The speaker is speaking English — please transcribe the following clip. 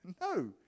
No